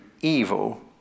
evil